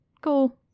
Cool